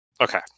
Okay